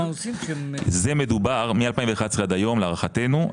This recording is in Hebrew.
זה מדובר מ-2011 עד היום להערכתנו,